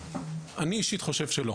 אני אישית חושב שלא.